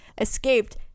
escaped